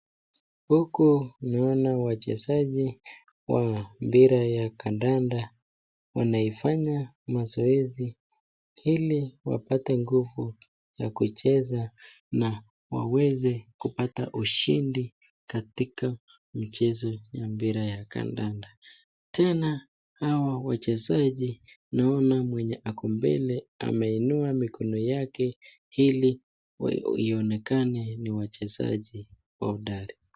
Huku naona wachezaji wa mpira ya kandanda wanaifanya mazoezi ili wapate nguvu ya kucheza na waweze kupata ushindi katika michezo ya mpira ya kandanda. Tena hawa wachezaji naona mwenye ako mbele ameinua mikono yake ili ionekane ni mchezaji hodari.